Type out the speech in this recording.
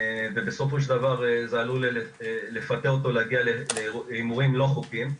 ובסופו של דבר זה עלול לפתות אותו להגיע להימורים לא חוקיים.